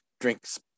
drinks